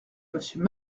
monsieur